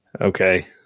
Okay